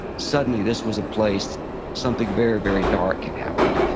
suddenly, this was a place something very, very dark had happened.